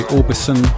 Orbison